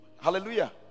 hallelujah